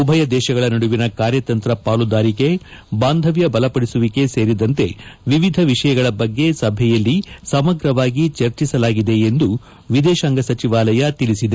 ಉಭಯ ದೇಶಗಳ ನಡುವಿನ ಕಾರ್ಯತಂತ್ರ ಪಾಲುದಾರಿಕೆ ಬಾಂಧವ್ಯ ಬಲಪಡಿಸುವಿಕೆ ಸೇರಿದಂತೆ ವಿವಿಧ ವಿಷಯಗಳ ಬಗ್ಗೆ ಸಭೆಯಲ್ಲಿ ಸಮಗ್ರವಾಗಿ ಚರ್ಚಿಸಲಾಗಿದೆ ಎಂದು ವಿದೇಶಾಂಗ ಸಚಿವಾಲಯ ತಿಳಿಸಿದೆ